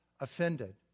offended